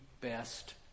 best